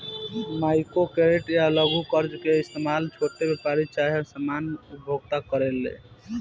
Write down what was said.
micro credit या लघु कर्जा के इस्तमाल छोट व्यापारी चाहे सामान्य उपभोक्ता करेले